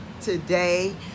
today